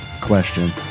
question